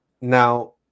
Now